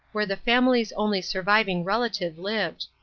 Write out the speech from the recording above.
where the family's only surviving relative lived.